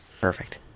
perfect